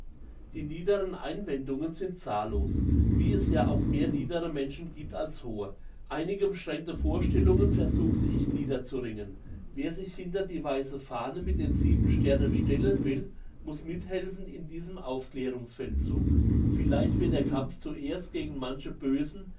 die niederen einwendungen sind zahllos wie es ja auch mehr niedere menschen gibt als hohe einige beschränkte vorstellungen versuchte ich niederzuringen wer sich hinter die weisse fahne mit den sieben sternen stellen will muss mithelfen in diesem aufklärungs feldzug vielleicht wird der kampf zuerst gegen manche böse